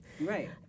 Right